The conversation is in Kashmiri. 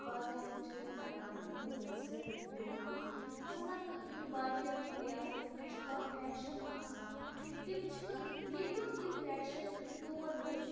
باقٕیَن چھِ کَران مُتاثر یوکُن مثلاً یِم باقٕیَن ریاستَن منٛز چھِ کانٛہہ فیشَن آسان تِم چھِ ییٚتیُک یہِ فیشَن تور نِتھ